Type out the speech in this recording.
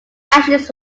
ashes